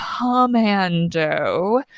commando